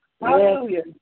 Hallelujah